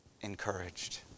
encouraged